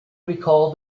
recalled